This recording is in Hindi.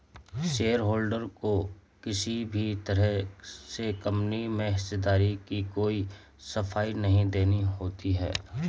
शेयरहोल्डर को किसी भी तरह से कम्पनी में हिस्सेदारी की कोई सफाई नहीं देनी होती है